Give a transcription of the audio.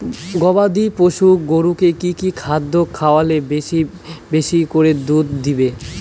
গবাদি পশু গরুকে কী কী খাদ্য খাওয়ালে বেশী বেশী করে দুধ দিবে?